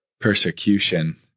persecution